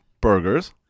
burgers